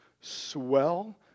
swell